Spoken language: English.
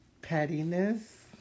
Pettiness